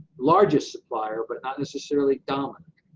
largest supplier, but not necessarily dominant.